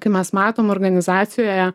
kai mes matom organizacijoje